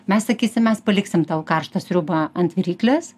mes sakysim mes paliksim tau karštą sriubą ant viryklės